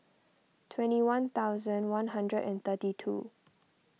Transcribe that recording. twenty one thousand one hundred and thirty two